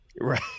right